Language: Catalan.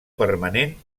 permanent